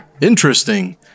interesting